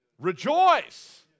Rejoice